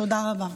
תודה רבה.